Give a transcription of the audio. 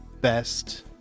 best